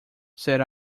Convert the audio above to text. said